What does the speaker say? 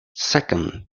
second